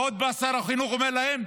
ועוד בא שר החינוך, אומר להם: